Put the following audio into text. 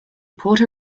puerto